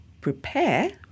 prepare